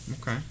Okay